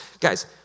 guys